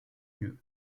lieu